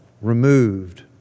removed